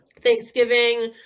thanksgiving